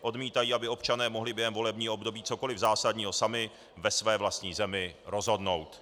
Odmítají, aby občané mohli během volebního období cokoli zásadního sami ve své vlastní zemi rozhodnout.